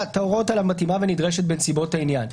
ההוראות עליו מתאימה ונדרשת בנסיבות העניין.